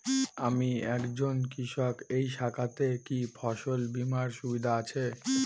আমি একজন কৃষক এই শাখাতে কি ফসল বীমার সুবিধা আছে?